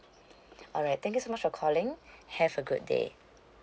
alright thank you so much for calling have a good day